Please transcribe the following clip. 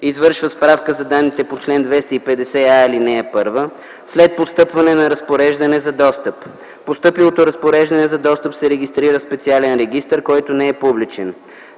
извършва справка за данните по чл. 250а, ал. 1 след постъпване на разпореждане за достъп. Постъпилото разпореждане за достъп се регистрира в специален регистър, който не е публичен.